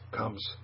comes